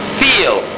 feel